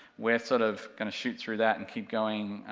we're sort of gonna shoot through that and keep going,